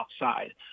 outside